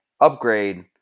upgrade